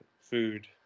food